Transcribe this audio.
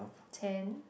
ten